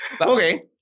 Okay